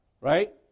right